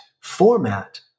format